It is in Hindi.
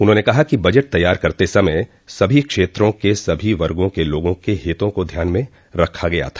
उन्होंने कहा कि बजट तैयार करते समय सभी क्षेत्रों के सभी वर्गों के लोगों के हितों को ध्यान में रखा गया था